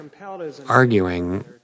arguing